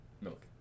Milk